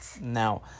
Now